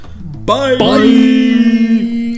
Bye